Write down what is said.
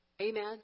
Amen